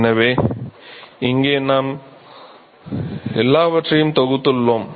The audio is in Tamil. எனவே இங்கே நாம் எல்லாவற்றையும் தொகுத்துள்ளோம்